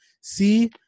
see